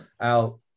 out